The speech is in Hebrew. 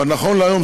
אבל נכון להיום,